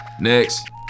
Next